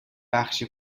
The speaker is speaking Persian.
بخش